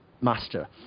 master